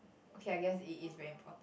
okay I guess it is very important